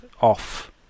off